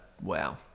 Wow